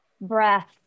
breath